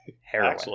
Heroin